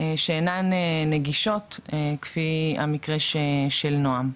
שאינן נגישות כפי המקרה של נועם.